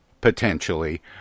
potentially